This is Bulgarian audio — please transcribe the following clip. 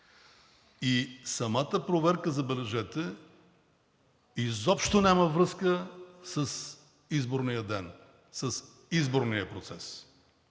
и самата проверка, забележете, изобщо няма връзка с изборния ден, с изборния процес.